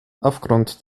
aufgrund